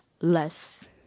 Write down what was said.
less